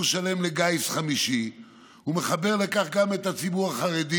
שלם לגיס חמישי ומחבר לכך גם את הציבור החרדי